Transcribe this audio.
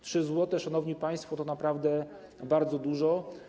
3 zł, szanowni państwo, to naprawdę bardzo dużo.